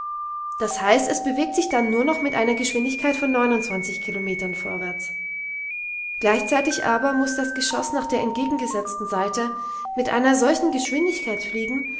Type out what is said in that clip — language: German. das heißt es bewegt sich dann nur noch mit einer geschwindigkeit von kilometern vorwärts gleichzeitig aber muß das geschoß nach der entgegengesetzten seite mit einer solchen geschwindigkeit